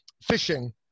fishing